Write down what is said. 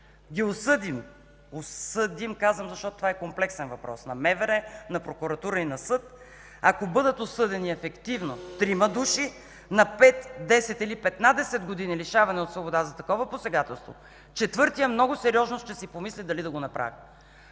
ги осъдим, казвам осъдим, защото това е комплексен въпрос – на МВР, на прокуратура и на съд, ако бъдат осъдени ефективно трима души на 5, 10 или 15 години лишаване от свобода за такова посегателство, четвъртият много сериозно ще си помисли дали да го направи.